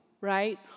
right